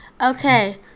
Okay